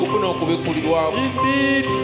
Indeed